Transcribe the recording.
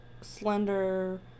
slender